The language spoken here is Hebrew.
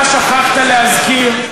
אתה שכחת להזכיר,